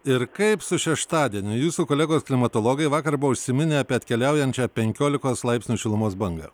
ir kaip su šeštadieniu jūsų kolegos klimatologai vakar buvo užsiminę apie atkeliaujančią penkiolikos laipsnių šilumos bangą